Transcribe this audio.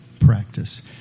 practice